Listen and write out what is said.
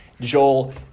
Joel